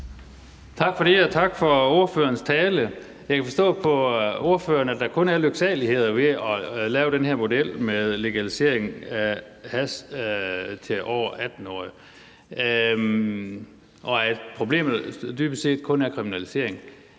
Tak for det, og tak for ordførerens tale. Jeg kan forstå på ordføreren, at der kun er lyksaligheder ved at lave den her model med legalisering af hash til over 18-årige, og at problemet dybest set kun er kriminalisering.